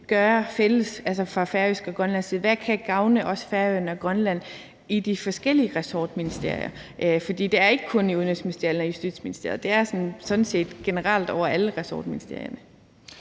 gøre fælles, altså fra færøsk og grønlandsk side? Hvad kan også gavne Færøerne og Grønland i de forskellige ressortministerier? For det er ikke kun i Udenrigsministeriet eller i Justitsministeriet. Det er sådan set generelt over alle ressortministerierne.